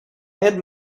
had